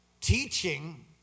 teaching